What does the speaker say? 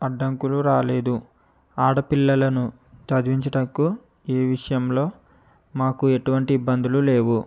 అడ్డంకులు రాలేదు ఆడపిల్లలను చదివించుటకు ఈ విషయంలో మాకు ఎటువంటి ఇబ్బందులు లేవు